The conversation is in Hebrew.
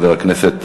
חבר הכנסת